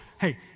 Hey